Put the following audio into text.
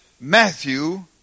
Matthew